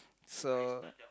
so